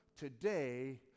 today